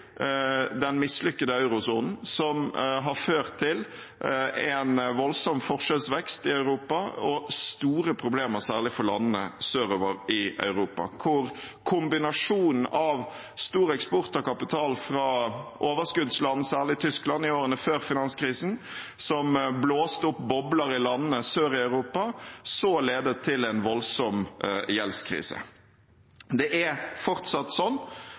den mislykkede eurosonen, som har ført til en voldsom forskjellsvekst i Europa og store problemer særlig for landene sørover i Europa, hvor kombinasjonen av stor eksport og kapital fra overskuddsland, særlig Tyskland i årene før finanskrisen, som blåste opp bobler i landene sør i Europa, ledet til en voldsom gjeldskrise. Det er fortsatt sånn